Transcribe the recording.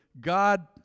God